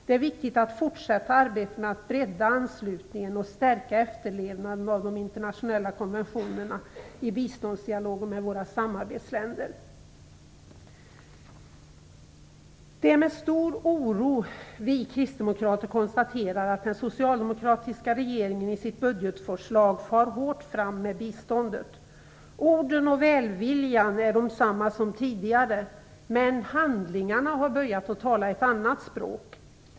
Det är viktigt att fortsätta arbetet med att bredda anslutningen och stärka efterlevnaden av de internationella konventionerna i biståndsdialogen med våra samarbetsländer. Det är med stor oro vi kristdemokrater konstaterar att den socialdemokratiska regeringen i sitt budgetförslag far hårt fram med biståndet. Orden och välviljan är desamma som tidigare, men handlingarna har börjat tala ett annat språk.